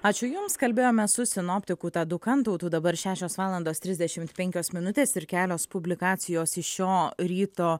ačiū jums kalbėjome su sinoptiku tadu kantautu dabar šešios valandos trisdešimt penkios minutės ir kelios publikacijos iš šio ryto